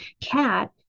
cat